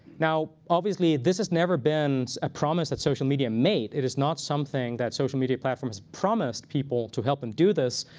now, obviously, this has never been a promise that social media made. it is not something that social media platforms promised people to help them do this,